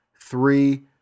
three